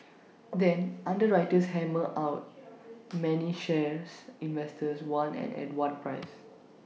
then underwriters hammer out many shares investors want and at what price